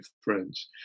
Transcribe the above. friends